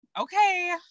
okay